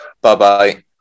Bye-bye